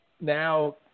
now